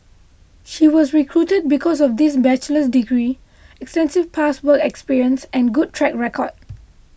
she was recruited because of this bachelor's degree extensive past work experience and good track record